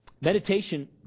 Meditation